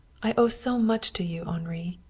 i owe so much to you, henri.